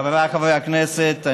חבריי חברי הכנסת,